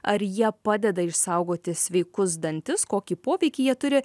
ar jie padeda išsaugoti sveikus dantis kokį poveikį jie turi